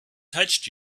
touched